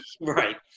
Right